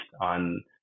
on